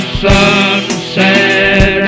sunset